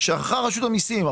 שערכה רשות המיסים,